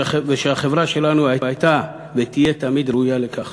ושהחברה שלנו הייתה ותהיה תמיד ראויה לכך.